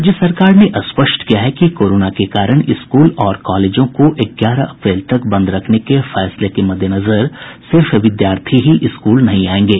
राज्य सरकार ने स्पष्ट किया है कि कोरोना के कारण स्कूल और कॉलेजों को ग्यारह अप्रैल तक बंद रखने के फैसले के मद्देनजर सिर्फ विद्यार्थी ही स्कूल नहीं आयेंगे